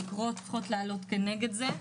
התקרות צריכות לעלות כנגד זה,